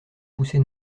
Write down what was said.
poussée